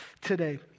today